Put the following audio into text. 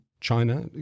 China